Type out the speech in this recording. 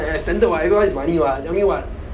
standard what everyone needs money what tell me what